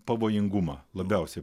pavojingumą labiausiai